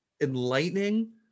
enlightening